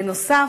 בנוסף,